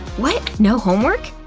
what? no homework?